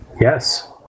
Yes